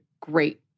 great